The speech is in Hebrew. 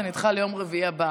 זה נדחה ליום רביעי הבא,